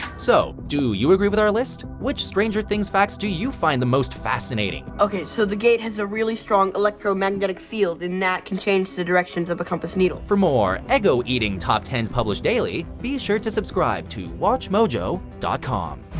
so, do you agree with our list? which stranger things facts do you find the most fascinating? okay, so the gate has a really strong electromagnetic field and that can change the directions of a compass needle. for more eggo-eating top tens published daily, be sure to subscribe to watchmojo dot com